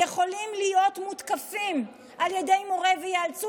יכולים להיות מותקפים על ידי מורה וייאלצו